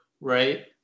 right